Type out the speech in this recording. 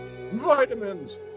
vitamins